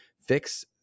fix